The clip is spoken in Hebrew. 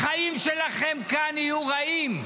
החיים שלכם כאן יהיו רעים.